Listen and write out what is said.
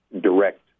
direct